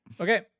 Okay